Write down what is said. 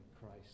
Christ